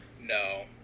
no